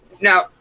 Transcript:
now